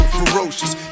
ferocious